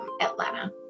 Atlanta